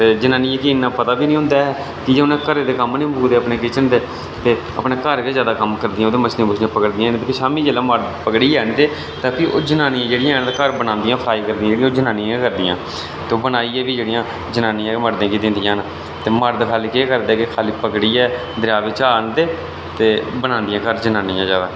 ते जनानियें गी इन्ना पता बी निं होंदा ऐ कि के उनें अपने घरै दे कम्म निं मुकदे न किचन दे ते अपने घर गै जादा कम्म करदियां हैन अपने घर दे मछलियां पकड़दे न ते ओह् जेल्लै शामीं मर्द आहनदे न ते घर ओह् जेह्ड़ियां हैन तां ओह् फाईनल जेह्ड़ियां न ओह् जनानियां गै करदियां ते ओह् बनाइयै जेह्ड़ियां ओह् जनानियां गै मर्दें गी दिंदियां न ते मर्द खाली केह् करदे न के खाली पकड़ियै दरेआ बिच्चा आहनदे ते बनांदियां घर जनानियां जादै